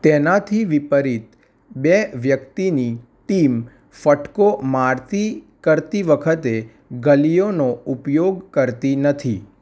તેનાથી વિપરિત બે વ્યક્તિની ટીમ ફટકો મારતી કરતી વખતે ગલીઓનો ઉપયોગ કરતી નથી